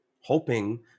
Hoping